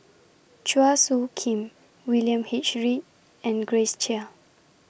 Chua Soo Khim William H Read and Grace Chia